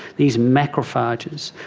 these macrophages.